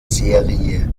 serie